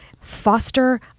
foster